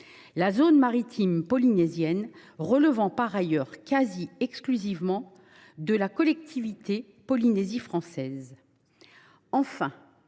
la zone maritime polynésienne relevant par ailleurs quasi exclusivement de la Polynésie française. Je